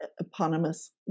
Eponymous